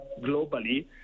globally